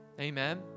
Amen